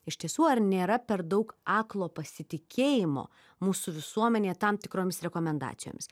iš tiesų ar nėra per daug aklo pasitikėjimo mūsų visuomenėje tam tikromis rekomendacijomis